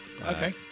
Okay